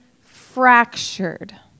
fractured